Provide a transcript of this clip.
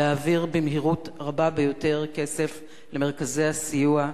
להעביר במהירות רבה ביותר כסף למרכזי הסיוע,